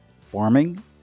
farming